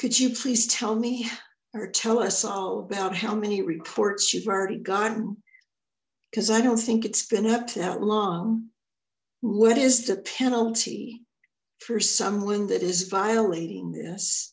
could you please tell me or tell us all about how many reports you've already gotten because i don't think it's been up that long what is the penalty for someone that is violating